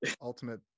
ultimate